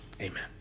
amen